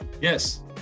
Yes